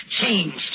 changed